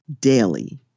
daily